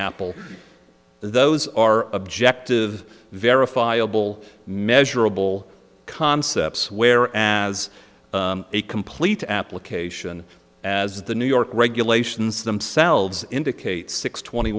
apple those are objective verifiable measurable concepts where as a complete application as the new york regulations themselves indicate six twenty